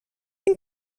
این